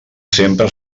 sempre